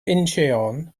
incheon